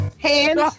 Hands